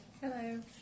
hello